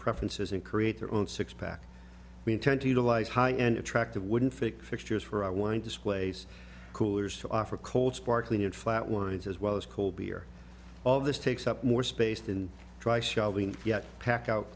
preferences and create their own six pack we intend to utilize high end attractive wouldn't fix fixtures for i want displace coolers to offer cold sparkling and flat ones as well as cold beer all of this takes up more space than try shelving yet pack out